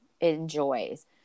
enjoys